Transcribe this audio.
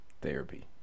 therapy